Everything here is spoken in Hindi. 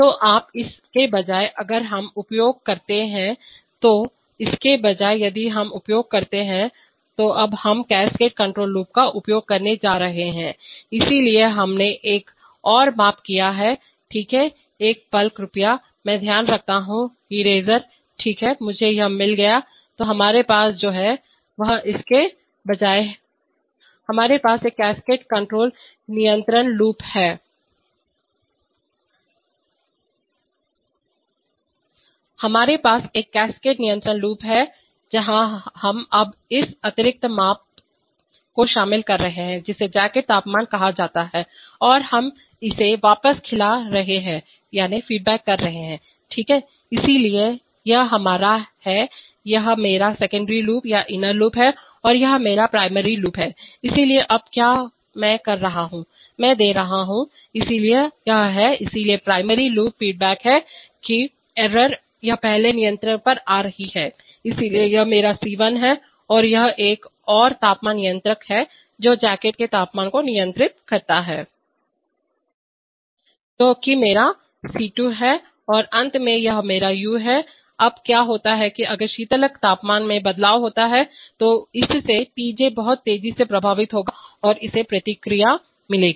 तो अब इसके बजाय अगर हम उपयोग करते हैं तो इसके बजाय यदि हम उपयोग करते हैं तो अब हम कास्केड नियंत्रण लूप का उपयोग करने जा रहे हैं इसलिए हमने एक और माप किया है ठीक है एक पल कृपया मैं ध्यान रखना चाहता हूं इरेज़र ठीक है मुझे यह मिल गया हाँ तो हमारे पास जो है वह इसके बजाय है हमारे पास एक कैस्केड नियंत्रण लूप है जहां हम अब इस अतिरिक्त माप को शामिल कर रहे हैं जिसे जैकेट तापमान कहा जाता है और हम इसे वापस खिला रहे हैं ठीक है इसलिए यह हमारा है यह मेरा सेकेंडरी लूप या इनर लूप है और यह मेरा प्राइमरीप्राथमिक लूप है इसलिए अब क्या मैं कर रहा हूं मैं दे रहा हूं इसलिए यह है इसलिए प्राइमरीप्राथमिक लूप फीडबैक है कि एरर यह पहले नियंत्रक पर आ रही है इसलिए यह मेरा C1 है और यह एक और तापमान नियंत्रक है जो जैकेट के तापमान को नियंत्रित करता है जो कि मेरा C2 है और अंत में यह मेरा u है अब क्या होता है कि अगर शीतलक तापमान में बदलाव होता है तो इससे TJ बहुत तेजी से प्रभावित होगा और इसे प्रतिक्रिया मिलेगी